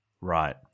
Right